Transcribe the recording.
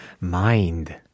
Mind